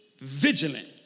vigilant